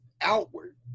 outward